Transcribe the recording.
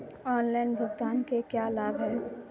Online भुगतान के क्या लाभ हैं?